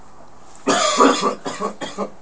भातावर पडलेलो रोग कसो घालवायचो?